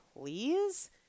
please